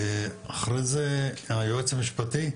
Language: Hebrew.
אחרי זה היועץ המשפטי,